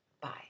Bye